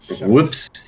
Whoops